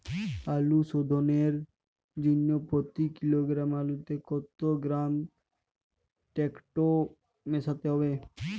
আলু শোধনের জন্য প্রতি কিলোগ্রাম আলুতে কত গ্রাম টেকটো মেশাতে হবে?